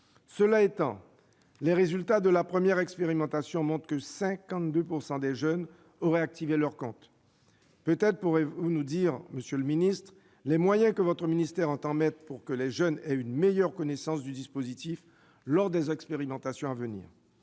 Cela étant, les résultats de la première expérimentation montrent que 52 % des jeunes auraient activé leur compte. Peut-être pourrez-vous nous dire, monsieur le ministre, les moyens que votre ministère entend mettre en oeuvre pour que les jeunes aient une meilleure connaissance du dispositif lors des expérimentations à venir.